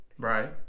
Right